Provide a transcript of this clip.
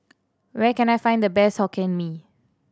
where can I find the best Hokkien Mee